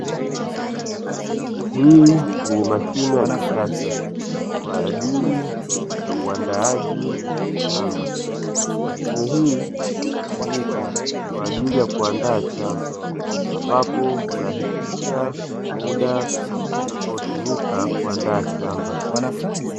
Hii ni mashine ya kisasa kwa ajili ya uandaaji wa shamba, mashine hii hutumika kwa ajili ya kuandaa shamba, ambapo hurahisisha muda utakaotumika kuandaa shamba.